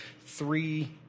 three